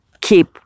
Keep